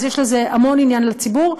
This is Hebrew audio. אז יש בזה המון עניין לציבור,